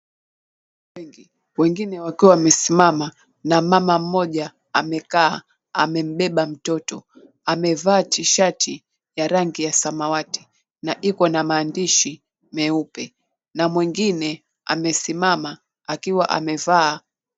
Watu wengi, wengine wakiwa wamesimama, na mama mmoja amekaa, amembeba mtoto. Amevaa t-shirt ya rangi ya samawati, na Iko na maandishi meupe, na mwengine amesimama akiwa amevaa...